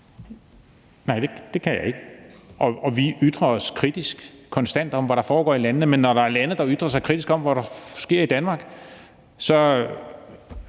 Nej, det kan jeg ikke, og vi ytrer os konstant kritisk om, hvad der sker i de lande. Men når der så er lande, der ytrer sig kritisk om, hvad der sker i Danmark, så